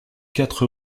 quatre